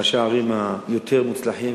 שהיא מראשי הערים היותר מוצלחים,